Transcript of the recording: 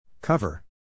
Cover